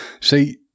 see